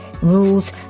rules